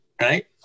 Right